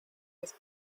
with